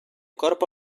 corpo